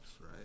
right